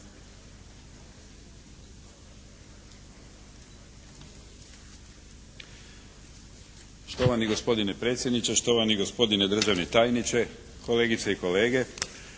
(HNS)** Gospodine predsjedniče, gospodine državni tajniče, kolegice i kolege.